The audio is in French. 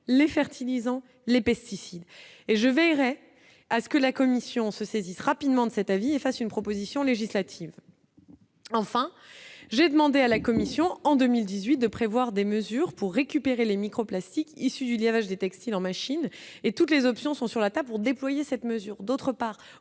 les fertilisants, les pesticides et je veillerai à ce que la commission se saisisse rapidement de cet avis et fasse une proposition législative. Enfin, j'ai demandé à la Commission en 2018, de prévoir des mesures pour récupérer les microplastiques issus du DRH des textiles en machine et toutes les options sont sur la pour déployer cette mesure, d'autre part,